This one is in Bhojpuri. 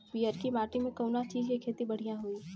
पियरकी माटी मे कउना चीज़ के खेती बढ़ियां होई?